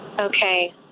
okay